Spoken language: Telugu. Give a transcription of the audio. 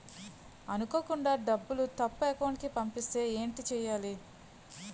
అనుకోకుండా డబ్బులు తప్పు అకౌంట్ కి పంపిస్తే ఏంటి చెయ్యాలి?